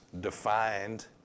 defined